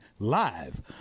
live